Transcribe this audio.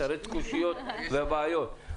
יתרץ קושיות ובעיות.